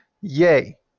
Yay